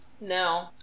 No